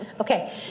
Okay